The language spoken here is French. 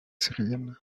syrienne